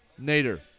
Nader